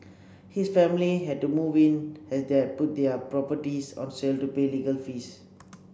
his family had to move in as they had put their other properties on sale to pay legal fees